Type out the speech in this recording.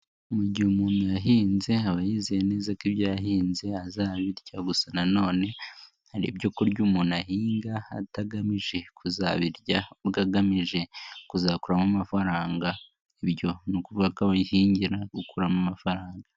Mu gihe umuntu yahinze aba yizeye neza ko ibyo yahinze azabirya, gusa nanone hari ibyo kurya umuntu ahinga atagamije kuzabirya ahubwo agamije kuzakuramo amafaranga, ibyo ni ukuvaga ko aba ahingira gukuramo amafaranga.